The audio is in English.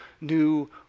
new